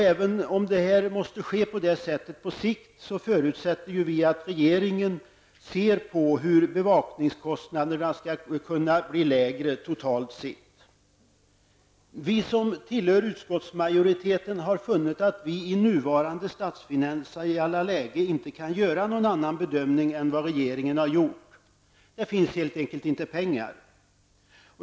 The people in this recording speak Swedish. Även om det måste bli så på sikt, förutsätter vi att regeringen ser på hur bevakningskostnaderna skall kunna bli lägre totalt sett. Vi som tillhör utskottsmajoriteten har funnit att vi, i nuvarande statsfinansiella läge, inte kan göra någon annan bedömning än den som regeringen har gjort. Det finns helt enkelt inte pengar.